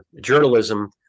journalism